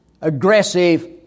aggressive